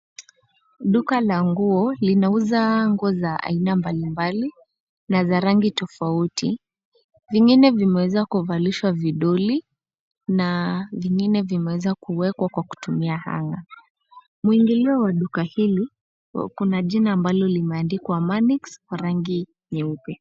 Duka la nguo linauza nguo za aina mbalimbali na za rangi tofauti. Vingine vimeweza kuvalishwa vidoli na vingine vimeweza kuwekwa kwa kutumia hanger . Mwingilio wa duka hili kuna jina ambalo limeandikwa Manix kwa rangi nyeupe.